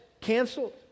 canceled